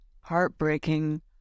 heartbreaking